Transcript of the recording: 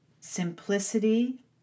simplicity